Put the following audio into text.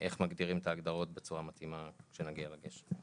איך מגדירים את ההגדרות בצורה מתאימה כשנגיע לגשר.